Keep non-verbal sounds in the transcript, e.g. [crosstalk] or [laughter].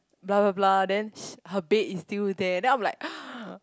blah blah blah then sh~ her bed is still there then I'm like [noise]